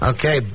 Okay